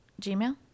Gmail